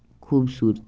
خوٗبصوٗرتی